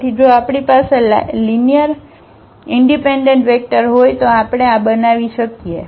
તેથી જો આપણી પાસે line લીનીઅરઇનડિપેન્ડન્ટ વેક્ટર હોય તો આપણે આ બનાવી શકીએ